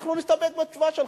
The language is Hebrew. אנחנו נסתפק בתשובה שלך.